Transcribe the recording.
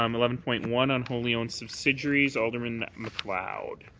um eleven point one on wholly owned subsidiaries. alderman macleod.